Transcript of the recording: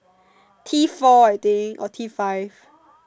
T four I think or T five